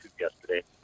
yesterday